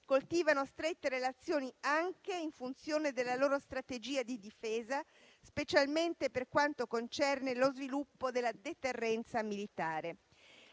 coltivano strette relazioni anche in funzione della loro strategia di difesa, specialmente per quanto concerne lo sviluppo della deterrenza militare.